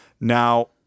Now